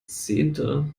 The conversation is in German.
zehnte